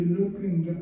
looking